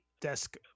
desk